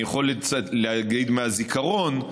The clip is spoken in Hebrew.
אני יכול להגיד מהזיכרון,